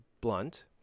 Blunt